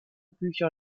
bücher